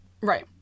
Right